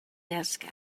desk